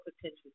potential